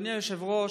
אדוני היושב-ראש,